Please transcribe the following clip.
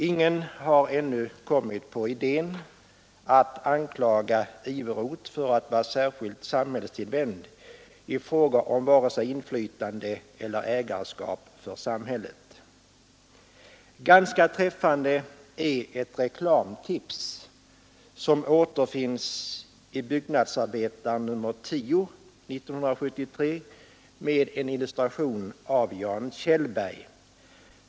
Ingen har ännu kommit på idén att anklaga herr Iveroth för att vara särskilt samhällstillvänd i fråga om vare sig inflytande eller ägarskap för samhället. Ganska träffande är ett reklamtips som återfinns i Byggnadsarbetaren nr 10 år 1973 med en illustration av Jan Kjellberg.